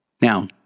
Now